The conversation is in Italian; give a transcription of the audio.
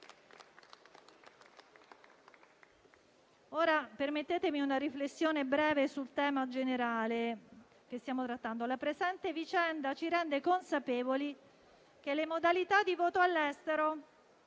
Permettetemi ora una riflessione breve sul tema generale che stiamo trattando. La presente vicenda ci rende consapevoli che le modalità di voto all'estero